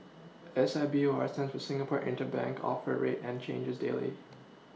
S I B O R stands for Singapore interbank offer rate and changes daily